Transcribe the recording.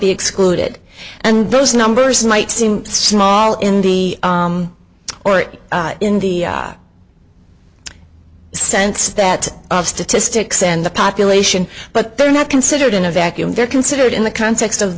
be excluded and those numbers might seem small in the or in the sense that statistics in the population but they're not considered in a vacuum they're considered in the context of